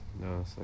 No